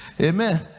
Amen